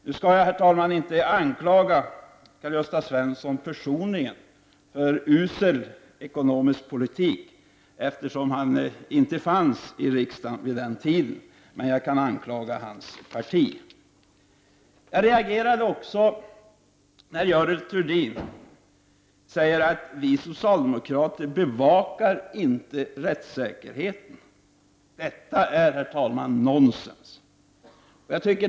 Nu skall jag inte anklaga Karl Gösta Svenson personligen för usel ekonomisk politik, eftersom han inte var riksdagsledamot vid den tiden, men jag kan anklaga hans parti. Jag reagerade också när Görel Thurdin sade att vi socialdemokrater inte bevakar rättssäkerhetsintressena. Herr talman! Detta är nonsens.